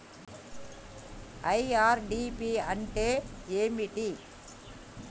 IRDP అంటే ఏమిటి?